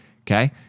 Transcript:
okay